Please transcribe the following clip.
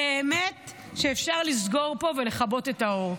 באמת אפשר לסגור פה ולכבות את האור,